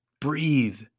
Breathe